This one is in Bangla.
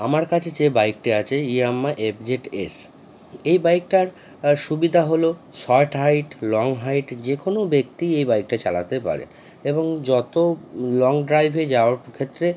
আমার কাছে যে বাইকটি আছে ইয়ামাহা এফ জেড এস এই বাইকটার সুবিধা হলো শর্ট হাইট লং হাইট যে কোনও ব্যক্তিই এই বাইকটা চালাতে পারে এবং যত লং ড্রাইভে যাওয়ার ক্ষেত্রে